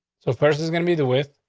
so first is gonna be the with.